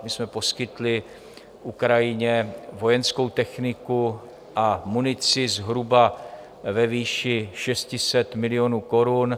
My jsme poskytli Ukrajině vojenskou techniku a munici zhruba ve výši 600 milionů korun.